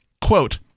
Quote